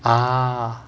(uh huh) ah